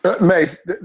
Mace